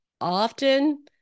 often